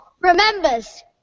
remembers